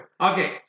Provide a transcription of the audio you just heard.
Okay